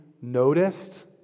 noticed